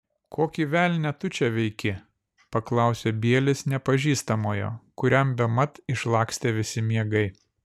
kokį velnią tu čia veiki paklausė bielis nepažįstamojo kuriam bemat išlakstė visi miegai